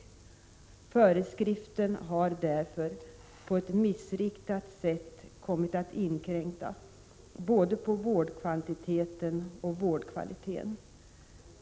Föreskriften har därför på ett missriktat sätt kommit att inkräkta på både vårdkvantiteten och vårdkvaliteten.